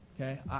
okay